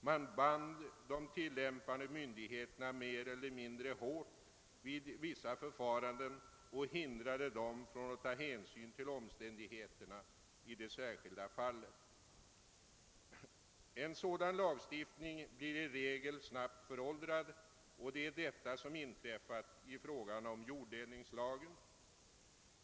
Man band de tillämpande myndigheterna mer eller mindre hårt vid vissa förfaranden och hindrade dem från att ta hänsyn till omständigheterna i de särskilda fallen. En sådan lagstiftning blir i regel snabbt föråldrad, och det är detta som inträffat i fråga om jorddelningslagen.